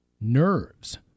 nerves